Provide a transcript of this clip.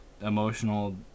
emotional